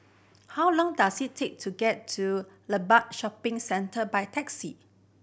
how long does it take to get to Limbang Shopping Centre by taxi